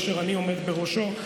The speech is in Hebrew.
אשר אני עומד בראשו,